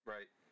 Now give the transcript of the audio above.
Right